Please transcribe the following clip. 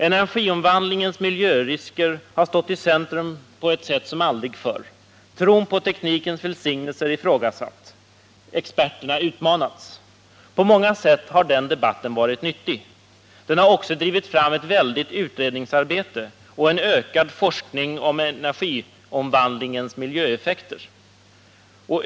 Energiomvandlingens miljörisker har stått i centrum på ett sätt som aldrig förr, tron på teknikens välsignelse har ifrågasatts, experterna har utmanats. På många sätt har den debatten varit nyttig. Den har också drivit fram ett väldigt utredningsarbete och en ökad forskning om energiomvandlingens miljöeffekter.